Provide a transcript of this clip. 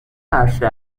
عرشه